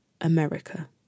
America